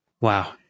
Wow